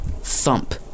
thump